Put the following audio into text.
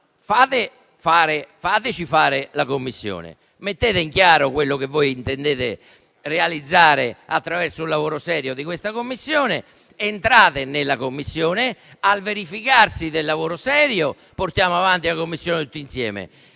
fateci fare la Commissione. Mettete in chiaro quello che voi intendete realizzare, attraverso un lavoro serio di questa Commissione, fate parte della Commissione e, al verificarsi del lavoro serio, portiamo avanti la Commissione tutti insieme.